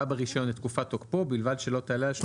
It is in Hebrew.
ברישיון את תקופת תוקפו ובלבד שלא תעלה על 30 שנה.